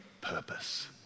purpose